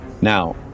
Now